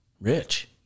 Rich